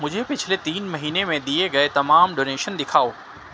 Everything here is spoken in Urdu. مجھے پچھلے تین مہینے میں دیے گئے تمام ڈونیشن دکھاؤ